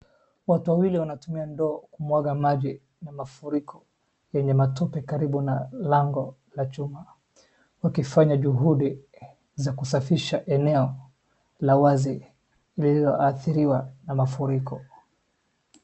Watu wawili wanatumia ndoo kumwaga maji ya mafuriko yenye matope karibu na lango la chuma. Wakifanya juhudi za kusafisha eneo la wazi lililoadhiriwa na mafuriko.